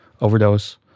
overdose